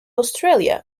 australia